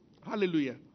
Hallelujah